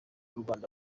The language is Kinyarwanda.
rwanda